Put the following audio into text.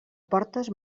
portes